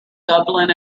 dublin